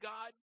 God